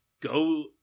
go